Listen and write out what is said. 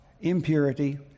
impurity